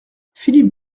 philippe